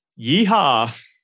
Yeehaw